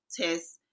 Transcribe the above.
tests